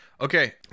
Okay